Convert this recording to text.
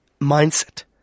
mindset